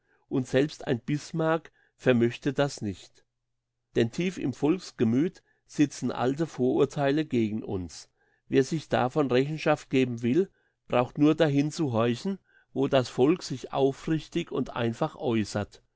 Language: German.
und selbst ein bismarck vermöchte das nicht denn tief im volksgemüth sitzen alte vorurtheile gegen uns wer sich davon rechenschaft geben will braucht nur dahin zu horchen wo das volk sich aufrichtig und einfach äussert